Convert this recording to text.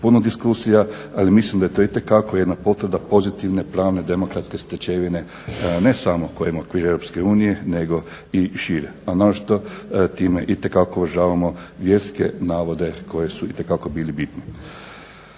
puno diskusija, ali mislim da je to itekako jedna potvrda pozitivne pravne demokratske stečevine ne samo u okvirima EU nego i šire. A naročito time itekako uvažavamo vjerske navode koji su itekako bili bitni.